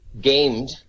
gamed